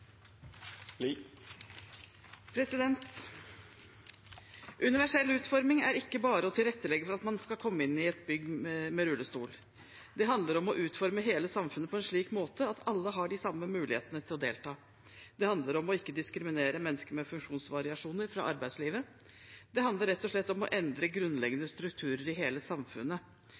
forbi. Universell utforming er ikke bare å tilrettelegge for at man skal komme inn i et bygg med rullestol. Det handler om å utforme hele samfunnet på en slik måte at alle har de samme mulighetene til å delta. Det handler om å ikke diskriminere mennesker med funksjonsvariasjoner fra arbeidslivet. Det handler rett og slett om å endre grunnleggende strukturer i hele samfunnet,